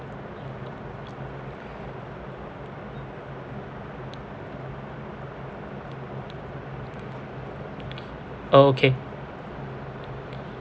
okay